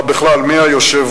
אלא בכלל ליושב-ראש.